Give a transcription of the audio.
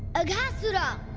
aghasura!